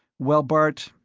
well, bart,